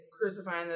Crucifying